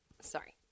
Sorry